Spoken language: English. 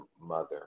mother